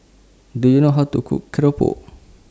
Do YOU know How to Cook Keropok